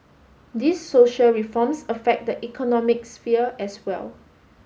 these social reforms affect the economic sphere as well